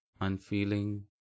unfeeling